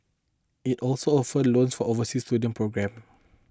it also offers a loan for overseas student programmes